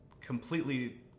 completely